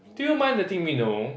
do you mind letting me know